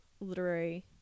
literary